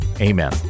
Amen